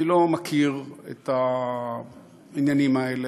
אני לא מכיר את העניינים האלה.